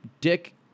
Dick